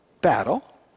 battle